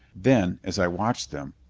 then, as i watched them,